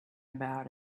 about